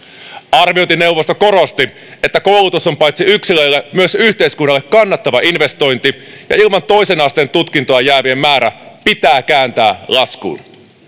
arviointineuvosto korosti että koulutus on paitsi yksilölle myös yhteiskunnalle kannattava investointi ja ilman toisen asteen tutkintoa jäävien määrä pitää kääntää laskuun